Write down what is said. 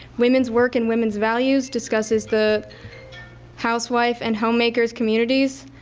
women's work and women's values discusses the housewife and homemaker's communities.